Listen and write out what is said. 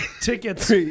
tickets